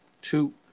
two